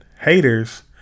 haters